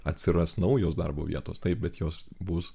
atsiras naujos darbo vietos taip bet jos bus